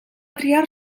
triar